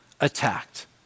attacked